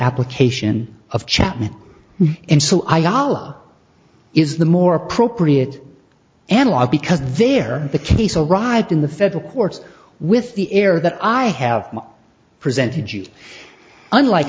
application of chapman and so i allah is the more appropriate analogue because there the case arrived in the federal courts with the air that i have presented you unlike